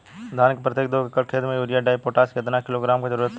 धान के प्रत्येक दो एकड़ खेत मे यूरिया डाईपोटाष कितना किलोग्राम क जरूरत पड़ेला?